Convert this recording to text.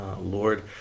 Lord